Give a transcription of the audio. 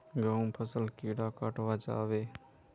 गहुम फसल कीड़े कटाल जाबे?